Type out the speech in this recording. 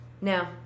No